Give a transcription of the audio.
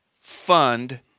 fund